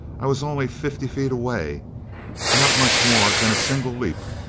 i was only fifty feet away not much more than a single leap.